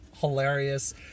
Hilarious